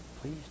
Please